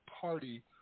Party